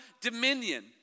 dominion